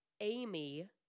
Amy